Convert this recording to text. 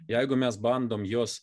jeigu mes bandom juos